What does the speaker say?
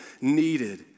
needed